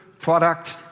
product